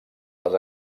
les